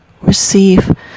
receive